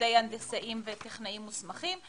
בלימודי הנדסאים וטכנאים מוסמכים.